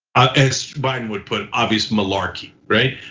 as biden would put obvious malarkey, right?